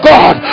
God